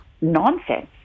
nonsense